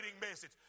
message